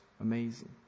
Amazing